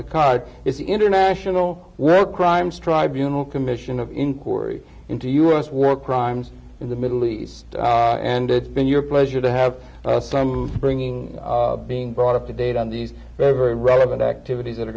the card is the international well crimes tribunals commission of inquiry into u s war crimes in the middle east and it's been your pleasure to have some bringing being brought up to date on these every relevant activities that are